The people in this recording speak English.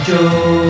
Joe